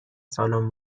سالن